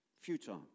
Futile